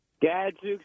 Gadzooks